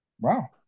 Wow